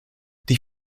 die